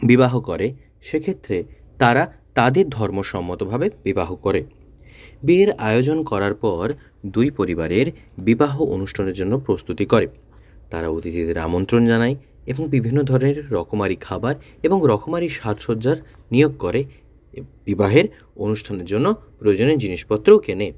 বিবাহ করে সেক্ষেত্রে তারা তাদের ধর্ম সম্মতভাবে বিবাহ করেন বিয়ের আয়োজন করার পর দুই পরিবারের বিবাহ অনুষ্ঠানের জন্য প্রস্তুতি করে তারা অতিথিদের আমন্ত্রণ জানায় এবং বিভিন্ন ধরের রকমারি খাবার এবং রকমারি সাজসজ্জার নিয়োগ করে এব বিবাহের অনুষ্ঠানের জন্য প্রয়োজনীয় জিনিসপত্রও কেনে